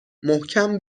محکم